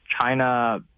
China